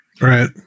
Right